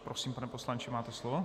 Prosím, pane poslanče, máte slovo.